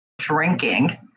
Drinking